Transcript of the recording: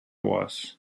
was